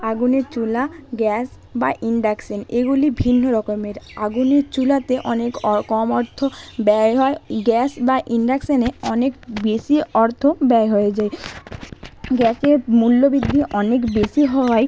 আগুনের চুলা গ্যাস বা ইণ্ডাকশান এগুলি ভিন্ন রকমের আগুনের চুলাতে অনেক কম অর্থ ব্যয় হয় গ্যাস বা ইণ্ডাকশানে অনেক বেশি অর্থ ব্যয় হয়ে যায় গ্যাসে মূল্যবৃদ্ধি অনেক বেশি হওয়ায়